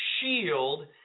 shield